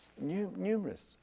numerous